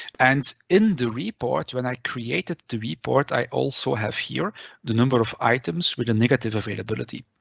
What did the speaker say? and in the report when i created the report, i also have here the number of items with a negative availability.